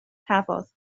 cafodd